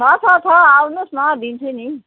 छ छ छ आउनुहोस् न दिन्छु नि